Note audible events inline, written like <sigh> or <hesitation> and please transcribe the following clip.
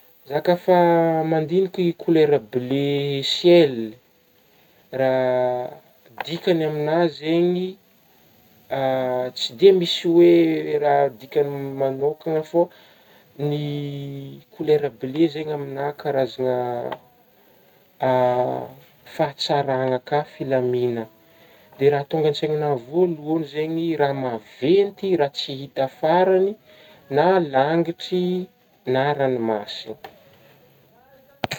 Za ka fa <hesitation> mandigniky kolera bleu ciel raha <hesitation> dikagny aminah zegny <hesitation> tsy de misy hoe raha dikagny m-manôkagna fô, ny <hesitation> kolera bleu zegny aminah karazagna <hesitation> fahatsaragna ka filamigna, de raha tonga an-tsaignanah voalohagny zegny de raha maventy ,raha tsy hita faragny na langitrigny na ranomasigna.